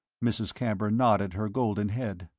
mrs. camber nodded her golden head.